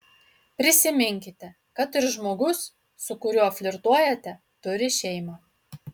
prisiminkite kad ir žmogus su kuriuo flirtuojate turi šeimą